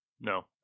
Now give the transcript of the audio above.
No